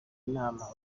inama